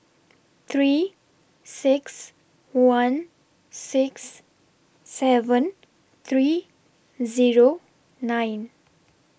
three six one six seven three Zero nine